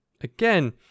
again